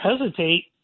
hesitate